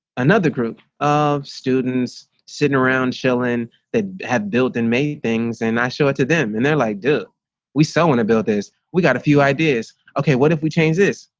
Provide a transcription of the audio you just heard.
another group of students sitting around chillin they have built in made things and i show it to them and they're like, do we still so want to build this? we got a few ideas. okay, what if we change this?